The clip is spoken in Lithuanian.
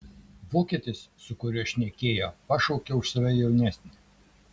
vokietis su kuriuo šnekėjo pašaukė už save jaunesnį